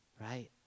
right